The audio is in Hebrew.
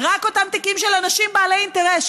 רק אותם תיקים של אנשים בעלי אינטרס,